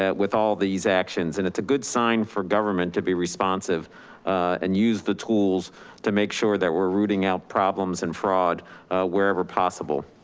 with all these actions. and it's a good sign for government to be responsive and use the tools to make sure that we're rooting out problems and fraud wherever possible.